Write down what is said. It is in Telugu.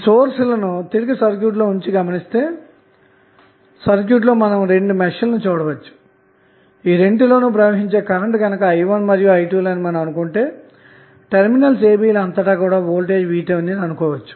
సోర్స్ లను తిరిగి సర్క్యూట్లో ఉంచి గమనిస్తే సర్క్యూట్లో 2 మెష్ లను మీరు చూడచ్చు ఈ రెండింటిలోనూ ప్రవహించే కరెంటు లను i1 మరియు i2 లు అనుకొందాము అలాగే టెర్మినల్స్ ab ల అంతటా వోల్టేజ్VTh అనుకుందాము